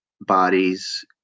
bodies